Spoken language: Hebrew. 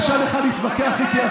קשה לך להתווכח איתי,